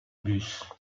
bus